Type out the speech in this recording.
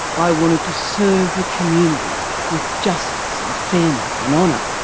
i wanted to serve the community with justice and fairness and honour.